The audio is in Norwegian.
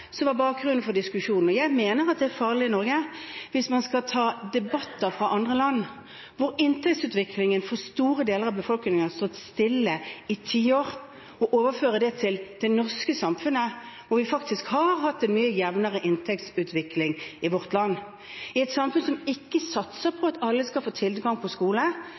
er farlig for Norge hvis man skal ta debatter fra andre land, hvor inntektsutviklingen for store deler av befolkningen har stått stille i tiår, og overføre det til det norske samfunnet, hvor vi faktisk har hatt en mye jevnere inntektsutvikling, fra et samfunn som ikke satser på at alle skal få tilgang på skole,